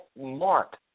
mark